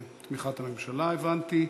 בתמיכת הממשלה, הבנתי.